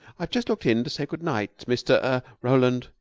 i've just looked in to say good night, mr er roland,